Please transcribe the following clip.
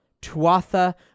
Tuatha